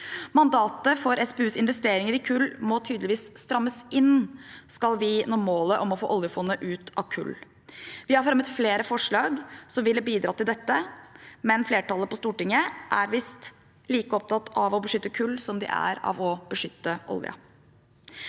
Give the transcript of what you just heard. Mandatet for SPUs investeringer i kull må tydeligvis strammes inn, hvis vi skal nå målet om å få oljefondet ut av kull. Vi har fremmet flere forslag som ville bidratt til dette, men flertallet på Stortinget er visst like opptatt av å beskytte kull som av å beskytte oljen.